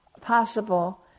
possible